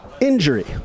Injury